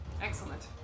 Excellent